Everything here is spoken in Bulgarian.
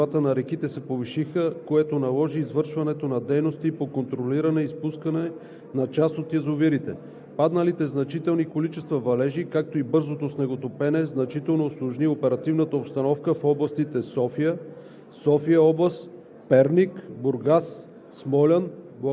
Вследствие на усложнената метеорологична обстановка в последните дни нивата на реките се повишиха, което наложи извършването на дейности по контролиране и изпускане на част от язовирите. Падналите значителни количества валежи, както и бързото снеготопене значително усложни оперативната обстановка в областите София,